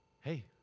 Hey